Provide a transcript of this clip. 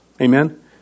Amen